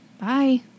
Bye